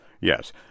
Yes